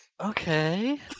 okay